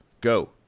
Go